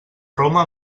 roma